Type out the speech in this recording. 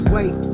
Wait